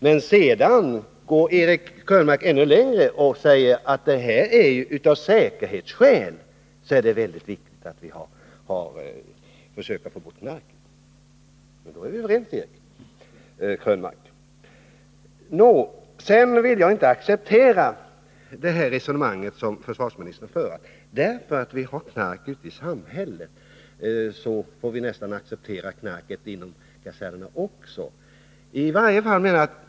Men sedan går Eric Krönmark ännu längre och säger att det av säkerhetsskäl är väldigt viktigt att vi försöker få bort knarket. Sedan vill jag inte acceptera det resonemang som försvarsministern för, nämligen att när vi har knark ute i samhället så får vi godta att vi har knark även inom kasernerna.